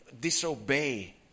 disobey